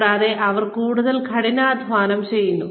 കൂടാതെ അവർ കൂടുതൽ കഠിനാധ്വാനം ചെയ്യുന്നു